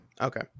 Okay